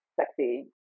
sexy